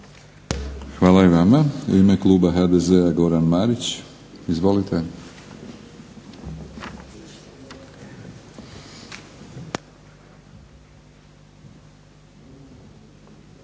Hvala i vama. U ime kluba HDZ-a Goran Marić. Izvolite.